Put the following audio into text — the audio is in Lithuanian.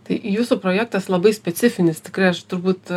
tai jūsų projektas labai specifinis tikrai aš turbūt